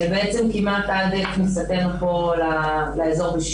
בעצם כמעט עד כניסתנו לאור ב-1967.